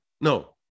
No